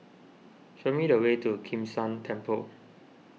show me the way to Kim San Temple